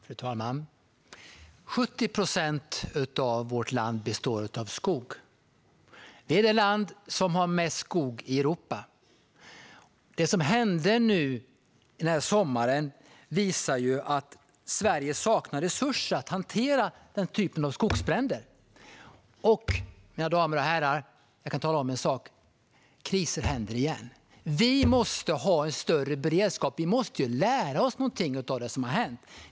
Fru talman! 70 procent av vårt land består av skog. Vi är det land som har mest skog i Europa. Det som hände den här sommaren visar att Sverige saknar resurser att hantera denna typ av skogsbränder. Och jag kan tala om en sak, mina damer och herrar: Kriser händer igen. Vi måste ha en större beredskap. Vi måste ju lära oss någonting av det som har hänt!